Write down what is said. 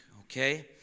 okay